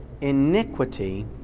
iniquity